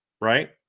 Right